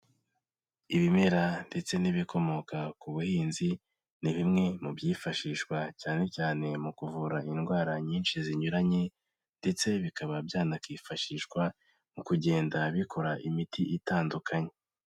Ibimera ndetse n'ibikomoka ku buhinzi, ni bimwe mu byifashishwa cyane cyane mu kuvura indwara nyinshi zinyuranye ndetse bikaba byanakifashishwa mu kugenda bikora imiti itandukanye.